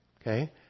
okay